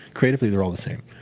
creatively, they're all the same.